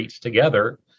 together